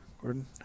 Gordon